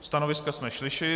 Stanovisko jsme slyšeli.